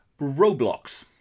Roblox